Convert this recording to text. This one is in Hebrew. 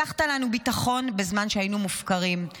הבטחת לנו ביטחון בזמן שהיינו מופקרים.